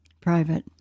private